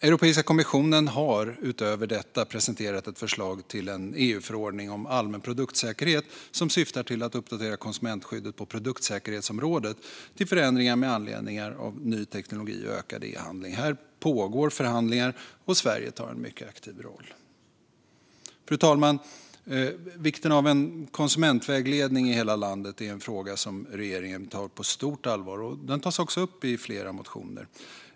Europeiska kommissionen har utöver detta presenterat ett förslag till en EU-förordning om allmän produktsäkerhet som syftar till att uppdatera konsumentskyddet på produktsäkerhetsområdet med anledning av ny teknologi och ökad e-handel. Här pågår förhandlingar, och Sverige spelar en mycket aktiv roll. Fru talman! Vikten av konsumentvägledning i hela landet är en fråga som regeringen tar på stort allvar, och den tas också upp i flera motioner.